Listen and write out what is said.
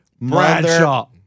Bradshaw